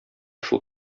шул